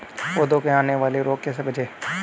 पौधों में आने वाले रोग से कैसे बचें?